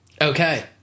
Okay